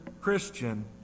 Christian